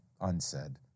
unsaid